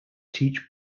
teach